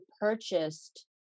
purchased